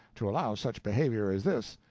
to allow such behavior as this.